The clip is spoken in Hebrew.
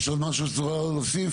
יש עוד משהו שצריך להוסיף?